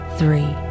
three